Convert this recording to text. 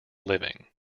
living